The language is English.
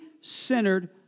centered